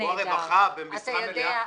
או הרווחה, במשרה מלאה?